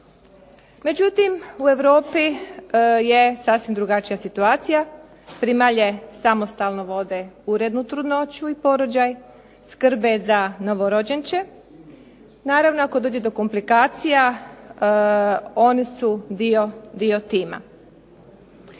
Međutim u Europi je sasvim drugačija situacija, primalje samostalno vode urednu trudnoću i porođaj, skrbe za novorođenče, naravno ako dođe do komplikacija oni su dio tima.